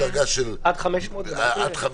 עד 500 ו-1,000.